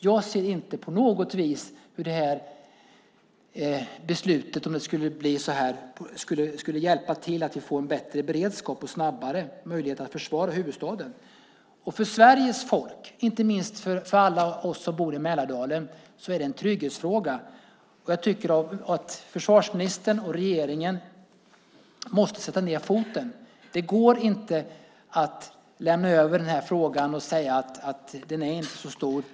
Jag ser inte på något vis hur det här beslutet, om det skulle bli så här, skulle hjälpa till så att vi får en bättre beredskap och snabbare möjlighet att försvara huvudstaden. För Sveriges folk, inte minst för alla oss som bor i Mälardalen, är det en trygghetsfråga. Jag tycker att försvarsministern och regeringen måste sätta ned foten. Det går inte att lämna över den här frågan och säga att den inte är så stor.